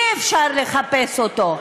אי-אפשר לחפש אותו.